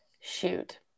shoot